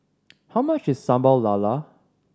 how much is Sambal Lala